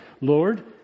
Lord